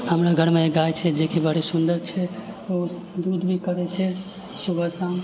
हमरा घरमे एकटा गाय छै जेकि बड़ी सुन्दर छै ओ दूध भी करै छै सुबह शाम